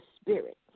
spirit